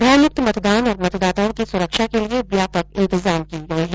भयमुक्त मतदान और मतदाताओं की सुरक्षा के लिये व्यापक इंतजाम किये गये है